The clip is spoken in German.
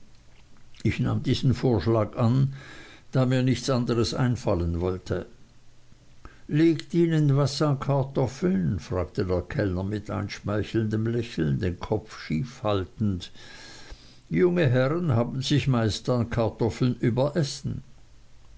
ich nahm diesen vorschlag an da mir nichts anderes einfallen wollte liegt ihnen was an kartoffeln fragte der kellner mit einschmeichelndem lächeln den kopf schief haltend junge herren haben sich meist an kartoffeln überessen